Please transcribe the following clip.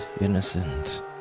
innocent